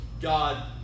God